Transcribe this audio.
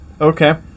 Okay